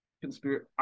conspiracy